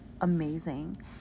amazing